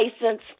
license